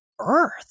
earth